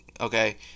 Okay